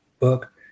book